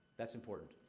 that's important.